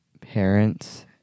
parents